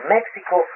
Mexico